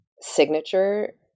signature